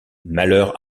malheur